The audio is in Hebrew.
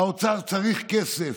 האוצר צריך כסף.